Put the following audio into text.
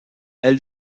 elle